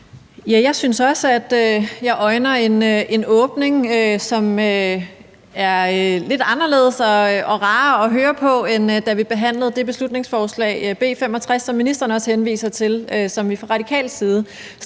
jeg øjner en åbning, som er lidt anderledes og rarere at høre på, end da vi behandlede beslutningsforslaget, B 65, som ministeren også henviser til, og som vi fremsatte fra